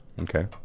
Okay